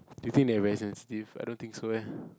do you think they are very sensitive I don't think so eh